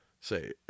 say